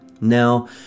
Now